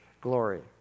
glory